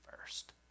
first